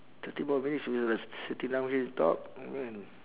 thirty more minutes we like sitting down here to talk when